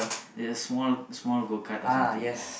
there's small small go kart or something ya